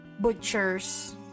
butchers